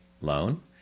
loan